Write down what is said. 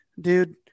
dude